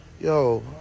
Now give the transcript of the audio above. Yo